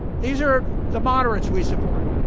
these are the moderates we support.